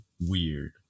weird